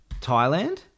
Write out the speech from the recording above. Thailand